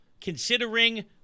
Considering